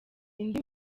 indi